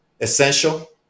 Essential